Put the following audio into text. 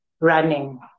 running